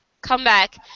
comeback